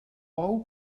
bou